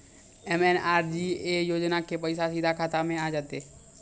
MNREGA योजना के पैसा सीधा खाता मे आ जाते?